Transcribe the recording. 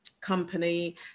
company